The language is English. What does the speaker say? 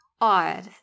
odd